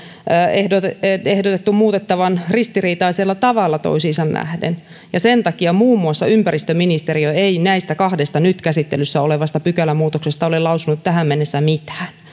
ehdotettu ehdotettu muutettavan ristiriitaisella tavalla toisiinsa nähden sen takia muun muassa ympäristöministeriö ei näistä kahdesta nyt käsittelyssä olevasta pykälämuutoksesta ole lausunut tähän mennessä mitään